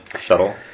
shuttle